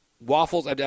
Waffles